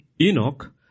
Enoch